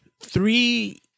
three